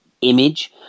image